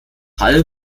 hall